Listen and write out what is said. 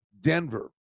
Denver